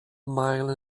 mile